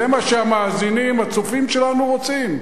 זה מה שהמאזינים, הצופים שלנו רוצים?